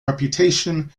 reputation